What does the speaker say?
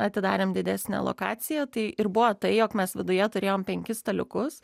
atidarėm didesnę lokaciją tai ir buvo tai jog mes viduje turėjom penkis staliukus